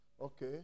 Okay